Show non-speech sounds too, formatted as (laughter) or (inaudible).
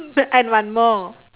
(laughs) and one more